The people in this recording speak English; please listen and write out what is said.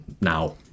now